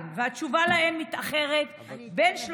ואני אמרתי: אם השרים לא יחזירו תשובות,